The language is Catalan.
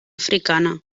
africana